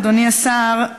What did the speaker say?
אדוני השר,